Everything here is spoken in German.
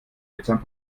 mitsamt